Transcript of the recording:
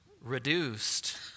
reduced